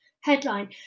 headline